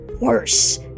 worse